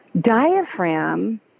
diaphragm